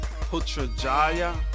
Putrajaya